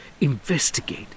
Investigate